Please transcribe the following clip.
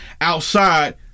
outside